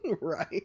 right